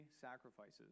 sacrifices